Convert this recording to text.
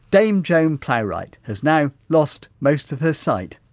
dame joan plowright has now lost most of her sight,